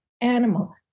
animal